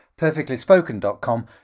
PerfectlySpoken.com